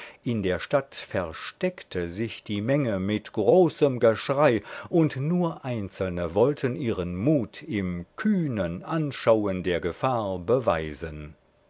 in der stadt versteckte sich die menge mit großem geschrei und nur einzelne wollten ihren mut im kühnen anschauen der gefahr beweisen